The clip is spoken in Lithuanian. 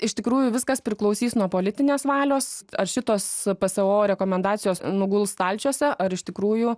iš tikrųjų viskas priklausys nuo politinės valios ar šitos pso rekomendacijos nuguls stalčiuose ar iš tikrųjų